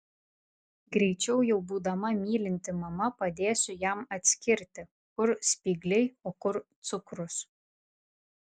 greičiau jau būdama mylinti mama padėsiu jam atskirti kur spygliai o kur cukrus